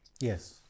Yes